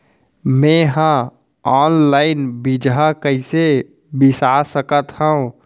मे हा अनलाइन बीजहा कईसे बीसा सकत हाव